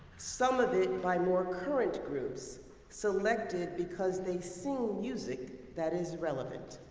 some of it by more current groups selected because they sing music that is relevant.